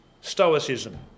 Stoicism